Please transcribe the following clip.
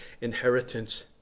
inheritance